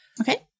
Okay